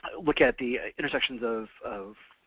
look at the intersections of of